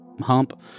hump